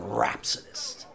rhapsodist